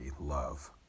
love